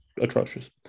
atrocious